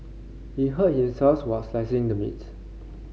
he hurt while slicing the meat